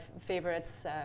favorites